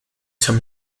some